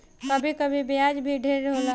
कभी कभी ब्याज भी ढेर होला